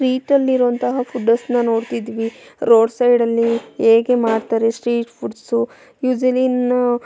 street ಅಲ್ಲಿರುವಂತಹ ಫುಡ್ಡರ್ಸ್ನ ನೋಡ್ತಿದ್ವಿ ರೋಡ್ ಸೈಡಲ್ಲಿ ಹೇಗೆ ಮಾಡ್ತಾರೆ ಸ್ಟ್ರೀಟ್ ಫುಡ್ಸು ಯೂಸುಲ್ಲಿ ಇನ್ನು